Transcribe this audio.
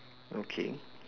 okay